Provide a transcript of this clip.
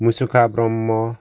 Musukha Brahma